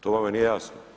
To vama nije jasno.